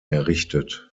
errichtet